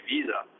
Visa